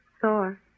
Thor